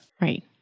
Right